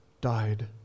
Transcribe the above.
died